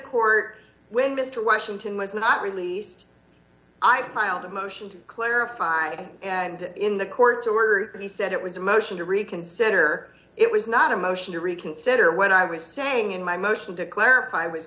court when mister washington was not released i filed a motion to clarify and in the courts a word he said it was a motion to reconsider it was not a motion to reconsider when i was saying in my motion to clarify was